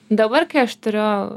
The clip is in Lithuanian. dabar kai aš turiu